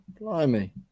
blimey